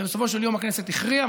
ובסופו של יום הכנסת הכריעה.